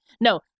No